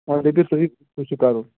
وۄنۍ دٔپِو تُہی چھُ کَرُن